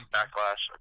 Backlash